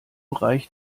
reicht